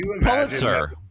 Pulitzer